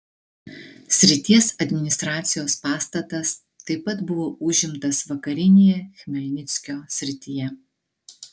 srities administracijos pastatas taip pat buvo užimtas vakarinėje chmelnyckio srityje